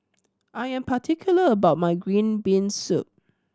I am particular about my green bean soup